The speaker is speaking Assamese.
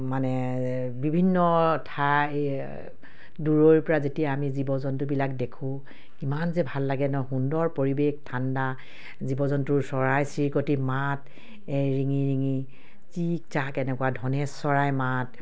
মানে বিভিন্ন ঠাই দূৰৈৰপৰা যেতিয়া আমি জীৱ জন্তুবিলাক দেখোঁ কিমান যে ভাল লাগে ন সুন্দৰ পৰিৱেশ ঠাণ্ডা জীৱ জন্তুৰ চৰাই চিৰিকটি মাত এই ৰিঙি ৰিঙি এনেকুৱা ধনেশ চৰাই মাত